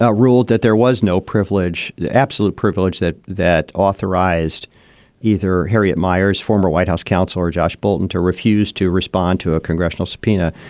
ruled that there was no privilege, the absolute privilege that that authorized either harriet miers, former white house counsel, or josh bolten to refuse to respond to a congressional subpoena.